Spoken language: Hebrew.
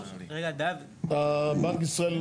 בנק ישראל,